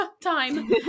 Time